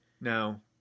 now